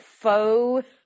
faux